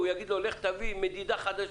יגידו לו: לך תביא מדידה חדשה,